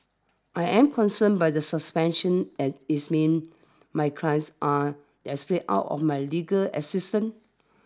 I am concerned by the suspension as its means my clients are desperate out of my legal assistance